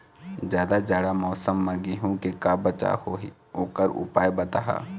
जादा जाड़ा मौसम म गेहूं के का बचाव होही ओकर उपाय बताहा?